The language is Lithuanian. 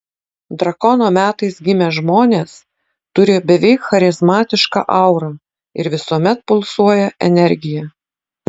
drakono metais gimę žmonės turi beveik charizmatišką aurą ir visuomet pulsuoja energija